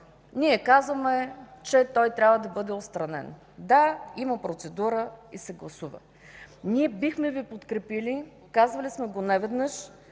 член казваме, че той трябва да бъде отстранен. Да, има процедура и се гласува. Ние бихме Ви подкрепили, казвали сме го неведнъж,